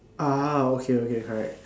ah okay okay correct